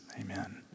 Amen